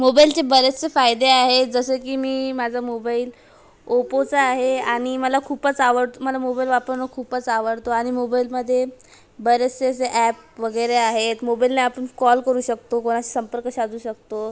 मोबईलचे बरेचसे फायदे आहेत असे की मी माझा मोबाईल ओपोचा आहे आणि मला खूपच आवडतो मला मोबाईल वापरणं खूपच आवडतो आणि मोबाईलमध्ये बरेचसे जे ॲप वगैरे आहेत मोबईलने आपण कॉल करू शकतो कोणाशी संपर्क साधू शकतो